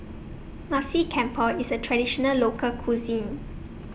Nasi Campur IS A Traditional Local Cuisine